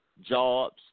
jobs